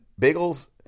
bagels